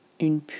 une